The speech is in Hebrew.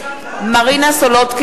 (קוראת בשמות חברי הכנסת) מרינה סולודקין,